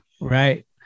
Right